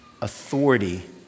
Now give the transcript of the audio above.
authority